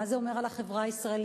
מה זה אומר על החברה הישראלית,